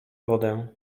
wodę